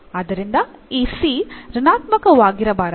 ಆದ್ದರಿಂದ ಈ c ಋಣಾತ್ಮಕವಾಗಿರಬಾರದು